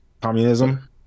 communism